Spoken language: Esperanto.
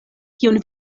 kiun